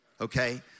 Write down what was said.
okay